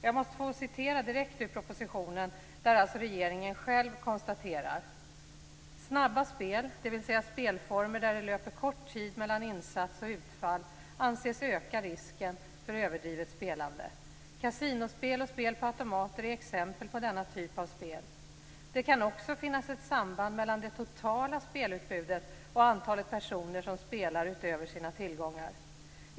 Låt mig citera direkt ur propositionen, där regeringen själv konstaterar: "Snabba spel, dvs. spelformer där det löper kort tid mellan insats och utfall, anses öka risken för överdrivet spelande. Kasinospel och spel på automater är exempel på denna typ av spel. Det kan också finnas ett samband mellan det totala spelutbudet och antalet personer som spelar utöver sina tillgångar.